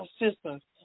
assistance